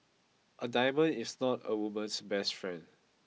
a diamond is not a woman's best friend